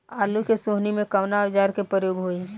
आलू के सोहनी में कवना औजार के प्रयोग होई?